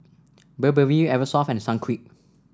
Burberry Eversoft and Sunquick